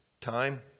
time